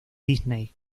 disney